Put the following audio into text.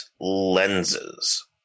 lenses